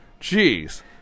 Jeez